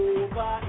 over